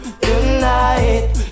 Tonight